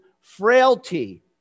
frailty